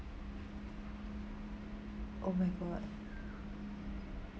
oh my god